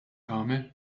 għamel